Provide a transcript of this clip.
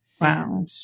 Wow